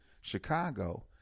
Chicago